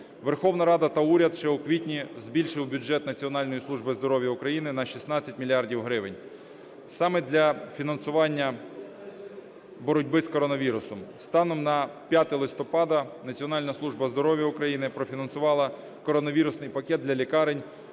Верховна Рада та уряд ще у квітні збільшили бюджет Національної служби здоров'я України на 16 мільярдів гривень саме для фінансування боротьби з коронавірусом. Станом на 5 листопада Національна служба здоров'я України профінансувала коронавірусний пакет для лікарень